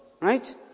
right